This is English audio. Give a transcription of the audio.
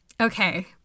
Okay